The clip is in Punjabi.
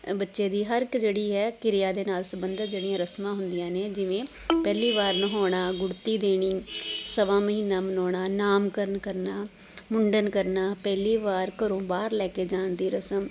ਬੱਚੇ ਦੀ ਹਰ ਇੱਕ ਜਿਹੜੀ ਹੈ ਕਿਰਿਆ ਦੇ ਨਾਲ ਸੰਬੰਧਿਤ ਜਿਹੜੀਆਂ ਰਸਮਾਂ ਹੁੰਦੀਆਂ ਨੇ ਜਿਵੇਂ ਪਹਿਲੀ ਵਾਰ ਨਹਾਉਣਾ ਗੁੜਤੀ ਦੇਣੀ ਸਵਾ ਮਹੀਨਾ ਮਨਾਉਣਾ ਨਾਮਕਰਨ ਕਰਨਾ ਮੁੰਡਨ ਕਰਨਾ ਪਹਿਲੀ ਵਾਰ ਘਰੋਂ ਬਾਹਰ ਲੈ ਕੇ ਜਾਣ ਦੀ ਰਸਮ